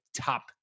top